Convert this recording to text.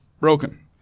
broken